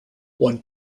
one